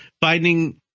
finding